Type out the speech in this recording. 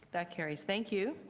that carries. thank you.